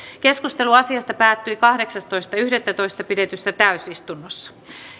keskustelu asiasta päättyi kahdeksastoista yhdettätoista kaksituhattaviisitoista pidetyssä täysistunnossa